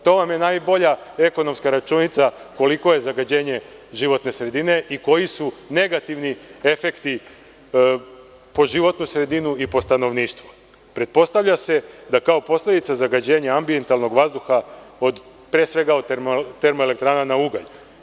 To vam je najbolja ekonomska računica koliko je zagađenje životne sredine i koji su negativni efekti po životnu sredinu i stanovništvo, pretpostavlja se da kao posledica zagađenja ambijentalnog vazduha pre svega od termoelektrana na ugalj.